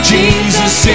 Jesus